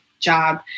job